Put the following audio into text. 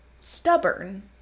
stubborn